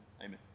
Amen